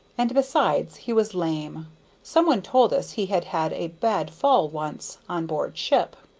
and besides, he was lame some one told us he had had a bad fall once, on board ship.